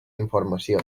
informació